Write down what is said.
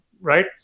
Right